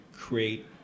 create